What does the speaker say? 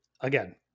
again